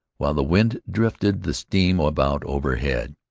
while the wind drifted the steam about overhead.